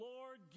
Lord